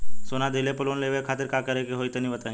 सोना दिहले पर लोन लेवे खातिर का करे क होई तनि बताई?